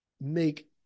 make